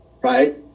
right